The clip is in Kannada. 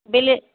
ಬಿಲ್ಲಿ